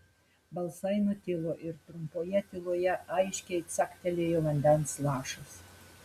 balsai nutilo ir trumpoje tyloje aiškiai caktelėjo vandens lašas